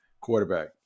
quarterback